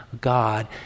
God